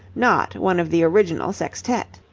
not one of the original sextette.